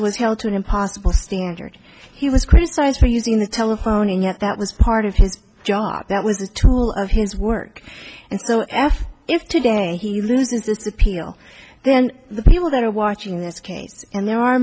was held to an impossible standard he was criticized for using the telephone and yet that was part of his job that was the tool of his work and so after if today he loses this appeal then the people that are watching this case and there are